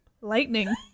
lightning